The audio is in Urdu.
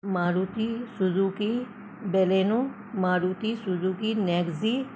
Maruti Suzuki Baleno Maruti Suzuki Nexa